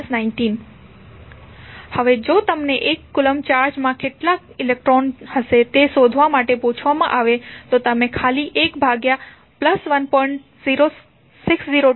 હવે જો તમને 1 કુલંબ ચાર્જમાં કેટલા ઇલેક્ટ્રોન હશે તે શોધવા માટે પૂછવામાં આવે તો તમે ખાલી 1 ભાગ્યા 1